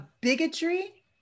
bigotry